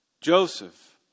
Joseph